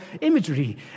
imagery